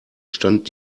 stand